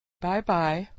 Bye-bye